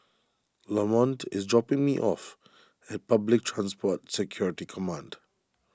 Lamont is dropping me off at Public Transport Security Command